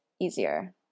easier